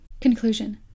Conclusion